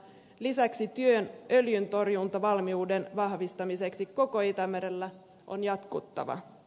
lisäksi työn öljyntorjuntavalmiuden vahvistamiseksi koko itämerellä on jatkuttava